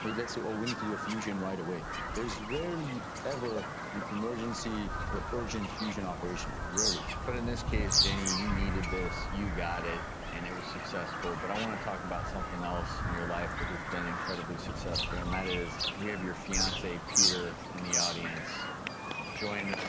let's so go we need to do a fusion right away there's rarely ever an emergency or urgent fusion operation rarely but in this case jenny you needed this. you got it and it was successful but i want to talk about something else in your life that has been incredibly successful and that is we have your fiance peter in the audience joining